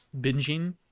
binging